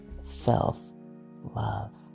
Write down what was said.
self-love